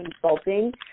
consulting